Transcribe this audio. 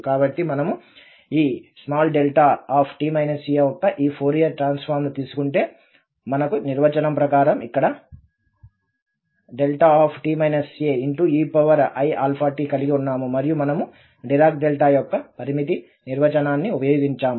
కాబట్టి మనము ఈ యొక్క ఈ ఫోరియర్ ట్రాన్సఫార్మ్ ను తీసుకుంటే మనకు నిర్వచనం ప్రకారం ఇక్కడ eiαt కలిగి ఉన్నాము మరియు మనము డిరాక్ డెల్టా యొక్క పరిమిత నిర్వచనాన్ని ఉపయోగించాము